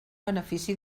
benefici